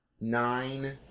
nine